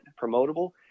promotable